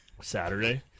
Saturday